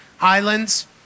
islands